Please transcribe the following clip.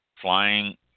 Flying